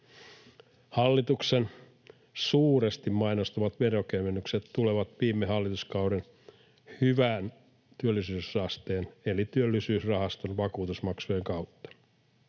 Hallituksen suuresti mainostamat veronkevennykset tulevat viime hallituskauden hyvän työllisyysasteen eli Työllisyysrahaston vakuutusmaksujen kautta.